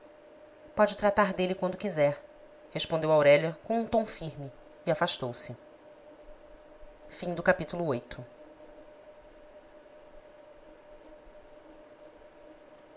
pode tratar dele quando quiser respondeu aurélia com um tom firme e afastou-se